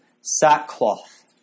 sackcloth